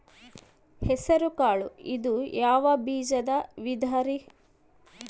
ಹೆಸರುಕಾಳು ಇದು ಯಾವ ಬೇಜದ ವಿಧರಿ?